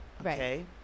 Okay